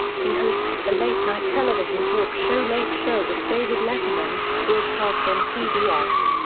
he hosts the late night television talk show late show with david letterman, broadcast on cbs.